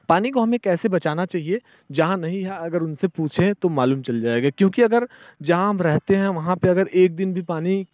पानी को हमें कैसे बचाना चाहिए जहाँ नहीं है अगर उनसे पूछें तो मालूम चल जाएगा क्योंकि अगर जहाँ हम रहते हैं वहाँ पे अगर एक दिन भी पानी